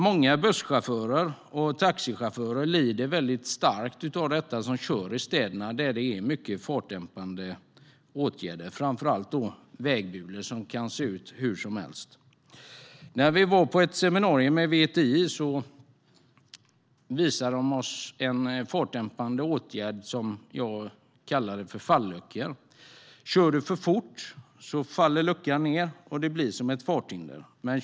Många busschaufförer och taxichaufförer som kör i städerna, där det är mycket fartdämpande åtgärder, framför allt vägbulor, som kan se ut hur som helst, lider starkt av detta. När vi var på ett seminarium med VTI visade de oss en fartdämpande åtgärd som jag kallar för fallucka. Kör man för fort faller luckan ned, och det blir som ett farthinder.